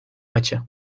maçı